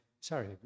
sorry